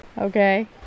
Okay